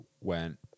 went